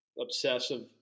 obsessive